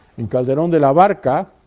in calderon de la barca,